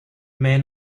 man